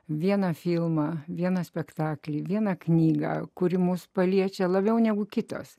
vieną filmą vieną spektaklį vieną knygą kuri mus paliečia labiau negu kitos